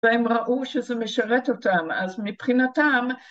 והם ראו שזה משרת אותם, אז מבחינתם